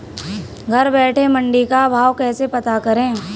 घर बैठे मंडी का भाव कैसे पता करें?